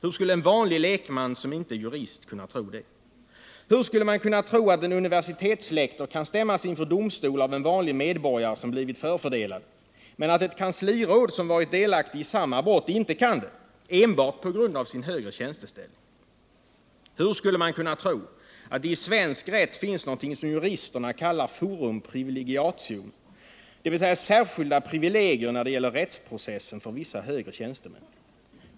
Hur skulle man kunna tro att en universitetslektor kan stämmas inför domstol av en vanlig medborgare som blivit förfördelad, men att ett kansliråd som varit delaktig i samma brott inte kan det — enbart på grund av sin högre tjänsteställning? Hur skulle man kunna tro att det i svensk rätt finns något som juristerna kallar forum privilegiatum, dvs. särskilda privilegier när det gäller rättsprocessen för vissa högre tjänstemän?